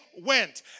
went